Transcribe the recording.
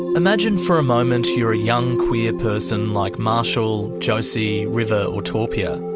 imagine for a moment you're a young queer person like marshall, josie, river, or topia.